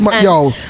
yo